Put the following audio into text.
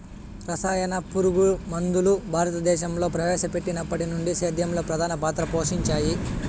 రసాయన పురుగుమందులు భారతదేశంలో ప్రవేశపెట్టినప్పటి నుండి సేద్యంలో ప్రధాన పాత్ర పోషించాయి